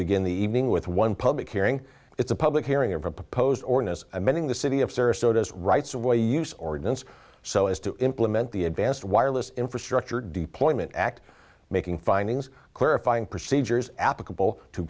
begin the evening with one public hearing it's a public hearing of proposed organise amending the city of sarasota as rights of way use ordinance so as to implement the advanced wireless infrastructure deployment act making findings clarifying procedures applicable to